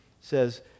says